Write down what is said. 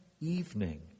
evening